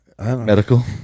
medical